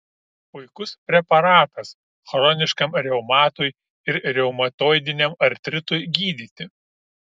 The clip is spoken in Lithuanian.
puikus preparatas chroniškam reumatui ir reumatoidiniam artritui gydyti